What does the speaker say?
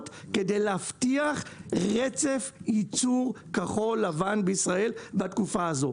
כדי להבטיח רצף ייצור כחול-לבן בישראל בתקופה הזו.